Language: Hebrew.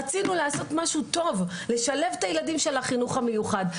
רצינו לעשות משהו טוב ולשלב את הילדים של החינוך המיוחד.